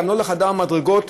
גם לא לחדר המדרגות,